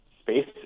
space